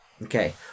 Okay